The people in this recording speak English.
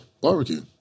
barbecue